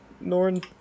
Norn